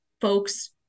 folks